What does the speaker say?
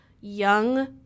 young